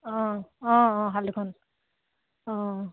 অঁ অঁ অঁ হালদুখন অঁ